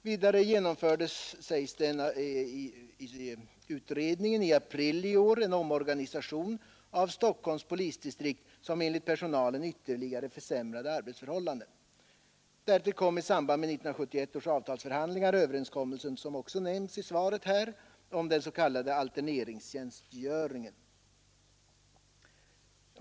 Vidare genomfördes, sägs det i utredningen, i april i år en omorganisation av Stockholms polisdistrikt som enligt personalen ytterligare försämrade arbetsförhållandena. Därtill kom, i samband med 1971 års avtalsförhandlingar, överenskommelsen — som också nämns i svaret här — om den s.k. alterneringstjänstgöringen.